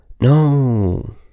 No